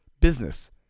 business